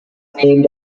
named